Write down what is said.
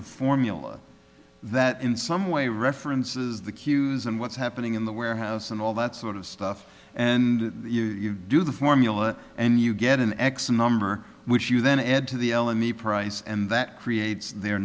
of formula that in some way references the queues and what's happening in the warehouse and all that sort of stuff and you do the formula and you get an x number which you then add to the elam a price and that creates their